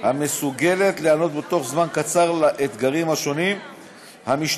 המסוגלת להיענות בתוך זמן קצר לאתגרים השונים והמשתנים